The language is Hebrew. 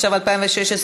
התשע"ו 2016,